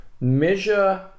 measure